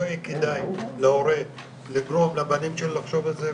לא יהיה כדאי להורה לגרום לבנים שלו לחשוב על זה,